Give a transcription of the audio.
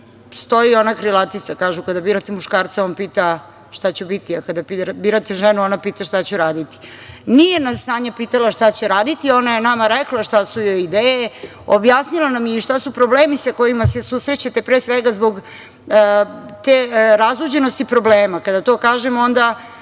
stoji ona krilatica – kada birate muškarca, on pita – šta ću biti, a kada birate ženu, ona pita – šta ću raditi. Nije nas Sanja pitala šta će raditi. Ona je nama rekla šta su joj ideje, objasnila nam je i šta su problemi sa kojima se susrećete, pre svega zbog te razuđenosti problema. Kada to kažem, onda